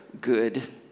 good